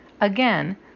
Again